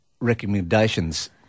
recommendations